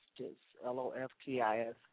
L-O-F-T-I-S